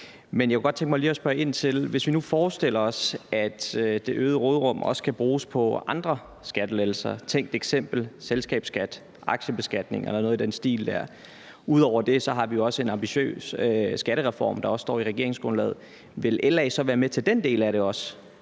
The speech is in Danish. Men jeg kunne godt tænke mig lige at spørge ind til noget andet. Hvis vi nu forestiller os, at det øgede råderum også kan bruges på andre skattelettelser – et tænkt eksempel kunne være selskabsskat, aktiebeskatning eller noget i den stil, og ud over det har vi jo også en ambitiøs skattereform, der står i regeringsgrundlaget – vil LA så være med til den del af det,